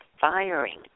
firing